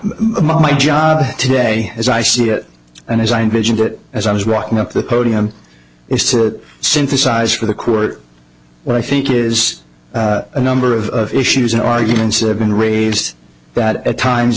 my job today as i see it and as i mentioned it as i was walking up the podium is to synthesize for the court what i think is a number of issues and arguments that have been raised that at times